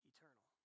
Eternal